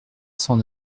cent